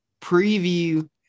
preview